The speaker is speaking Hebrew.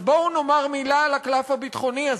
אז בואו נאמר מילה על הקלף הביטחוני הזה,